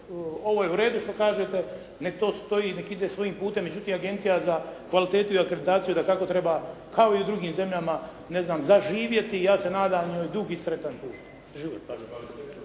ovo je u redu što kažete, neka to stoji, neka ide svojim putem, međutim Agencija za kvalitetu i akreditaciju dakako treba kao i u drugim zemljama zaživjeti i ja se nadam joj dug i sretan život.